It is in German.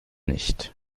nicht